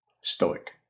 stoic